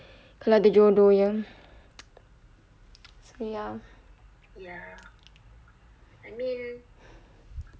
kalau ada jodoh so ya